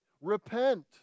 Repent